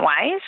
ways